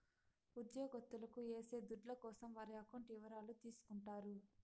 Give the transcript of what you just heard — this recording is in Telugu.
ఉద్యోగత్తులకు ఏసే దుడ్ల కోసం వారి అకౌంట్ ఇవరాలు తీసుకుంటారు